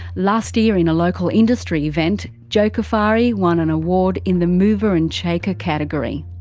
last year, in a local industry event, joe cufari won an award in the mover and shaker category.